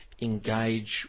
engage